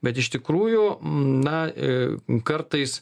bet iš tikrųjų na kartais